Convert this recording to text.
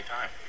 time